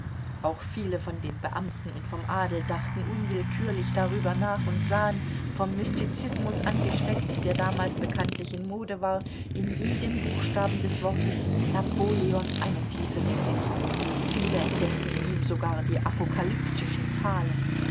auch viele von den beamten und vom adel dachten unwillkürlich darüber nach und sahen vom mystizismus angesteckt der damals bekanntlich in mode war in jedem buchstaben des wortes napoleon einen tieferen sinn viele entdeckten in ihm sogar die apokalyptischen zahlen